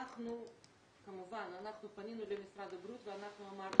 אנחנו פנינו למשרד הבריאות ואמרנו,